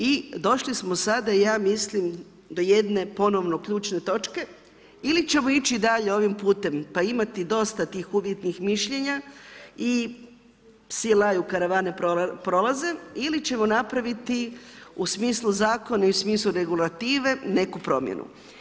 I došli smo sada, ja mislim do jedne ponovno ključne točke, ili ćemo ići dalje ovim putem pa imati dosta tih uvjetnih mišljenja i psi laju, karavane prolaze ili ćemo napraviti u smislu zakona i u smislu regulative neku promjenu.